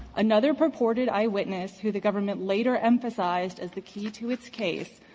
another purported eye witness who the government later emphasized as the key to its case,